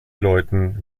läuten